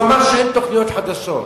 הוא אמר שאין תוכניות חדשות.